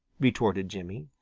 retorted jimmy.